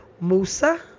musa